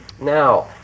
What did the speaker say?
Now